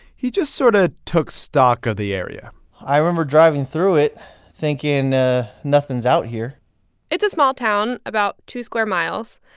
he just sort of took stock of the area i remember driving through it thinking ah nothing's out here it's a small town, about two square miles.